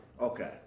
Okay